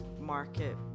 market